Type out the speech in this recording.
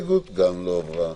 ההסתייגות גם לא עברה.